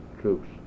troops